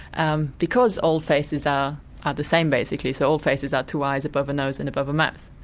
um because all faces are the same, basically, so all faces are two eyes above a nose and above a mouth.